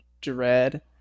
dread